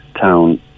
town